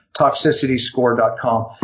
ToxicityScore.com